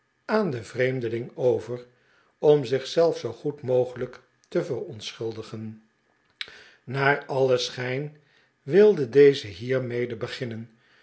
aan den vreemdeling over om zich zelf zoo goed mogelijk te verontschuldigen naar alien schijn wilde deze hiermede beginnen